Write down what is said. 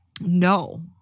No